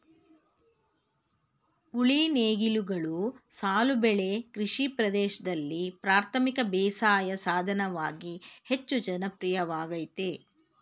ಉಳಿ ನೇಗಿಲುಗಳು ಸಾಲು ಬೆಳೆ ಕೃಷಿ ಪ್ರದೇಶ್ದಲ್ಲಿ ಪ್ರಾಥಮಿಕ ಬೇಸಾಯ ಸಾಧನವಾಗಿ ಹೆಚ್ಚು ಜನಪ್ರಿಯವಾಗಯ್ತೆ